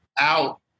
out